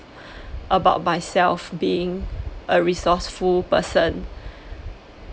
about myself being a resourceful person